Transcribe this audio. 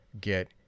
get